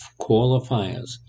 qualifiers